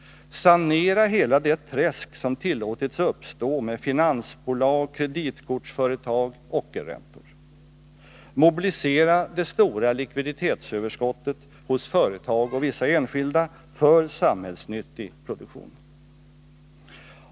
Sanera hela det träsk som tillåtits uppstå med finansbolag, kreditkortsföretag, ockerräntor. Mobilisera det stora likviditetsöverskottet hos företag och vissa enskilda för samhällsnyttig produktion.